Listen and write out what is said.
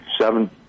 seven